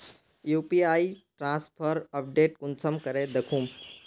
UPI transfer update कुंसम करे दखुम?